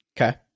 Okay